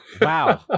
Wow